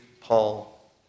Paul